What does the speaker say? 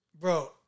Bro